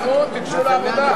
נו, תיגשו לעבודה.